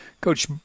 Coach